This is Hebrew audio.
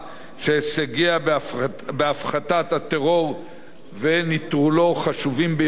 שהישגיה בהפחתת הטרור ונטרולו חשובים ביותר.